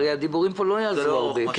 הרי הדיבורים פה לא יעזרו הרבה.